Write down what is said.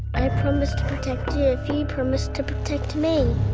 i promise to protect you, if you promise to protect me.